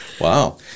Wow